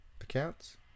accounts